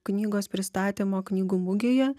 knygos pristatymo knygų mugėje